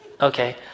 Okay